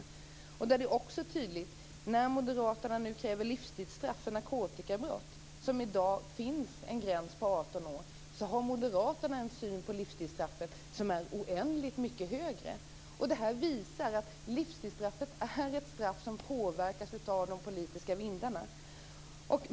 Moderaterna kräver nu också tydligt ett livstidsstraff för narkotikabrott, där det i dag går en gräns vid 18 år. Moderaterna går oändligt mycket längre i sin syn på livstidsstraffet. Det här visar att livstidsstraffet påverkas av de politiska vindarna.